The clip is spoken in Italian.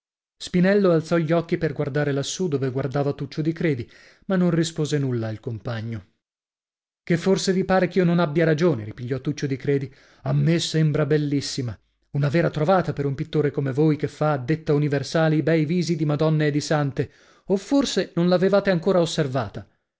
spinello alzò gli occhi per guardare lassù dove guardava tuccio di credi ma non rispose nulla al compagno che forse vi pare ch'io non abbia ragione ripigliò tuccio di credi a me sembra bellissima una vera trovata per un pittore come voi che fa a detta universale i bei visi di madonne e di sante o forse non l'avevate ancora osservata